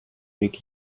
möge